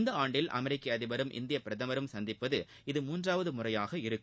இந்த ஆண்டில் அமெரிக்க அதிபரும் இந்திய பிரதமரும் சந்திப்பது இது மூன்றாவது முறையாக இருக்கும்